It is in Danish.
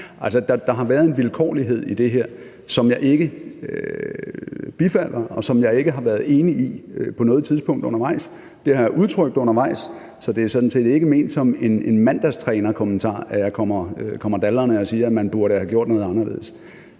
der har været en vilkårlighed i det her, som jeg ikke bifalder, og som jeg ikke har været enig i på noget tidspunkt undervejs. Det har jeg udtrykt undervejs. Så det er sådan set ikke ment som en mandagstrænerkommentar, at jeg kommer daldrende og siger, at man burde have gjort noget anderledes.